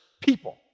people